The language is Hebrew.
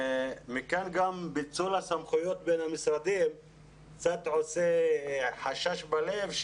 מכאן גם פיצול הסמכויות בין המשרדים עושה חשש בלב,